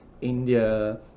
India